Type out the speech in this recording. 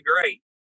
great